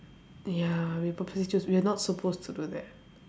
ya we purposely choose we are not supposed to do that